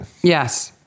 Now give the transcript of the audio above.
Yes